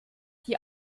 die